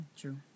True